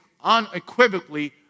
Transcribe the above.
unequivocally